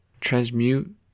Transmute